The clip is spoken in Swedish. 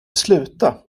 sluta